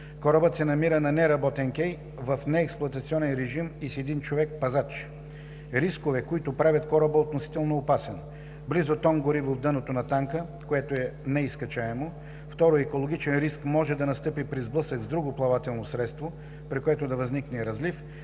Корабът се намира на неработен кей в неексплоатационен режим и с един човек – пазач. Рискове, които правят кораба относително опасен: - Близо тон гориво в дъното на танка, което е неизкачваемо; - Екологичен риск може да настъпи при сблъсък с друго плавателно средство, при което да възникне разлив;